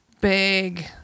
big